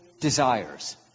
desires